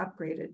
upgraded